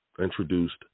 introduced